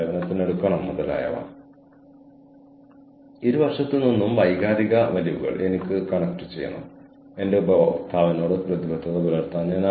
ഈ പ്രത്യേക കോഴ്സ് അധ്യാപനത്തിൽ എന്റെ കഴിവുകൾ വികസിപ്പിക്കുന്നതിന് എനിക്ക് മറ്റൊരു വഴിയുണ്ടെന്ന് അറിയുന്നത് എന്റെ ആത്മവിശ്വാസത്തിന് വലിയ ഉത്തേജനമാണ്